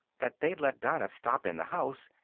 that they'd let dinah stop in the house,